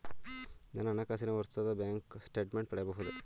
ನನ್ನ ಹಣಕಾಸಿನ ವರ್ಷದ ಬ್ಯಾಂಕ್ ಸ್ಟೇಟ್ಮೆಂಟ್ ಪಡೆಯಬಹುದೇ?